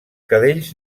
cadells